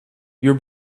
your